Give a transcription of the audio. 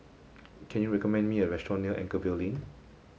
can you recommend me a restaurant near Anchorvale Lane